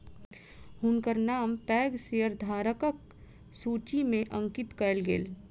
हुनकर नाम पैघ शेयरधारकक सूचि में अंकित कयल गेल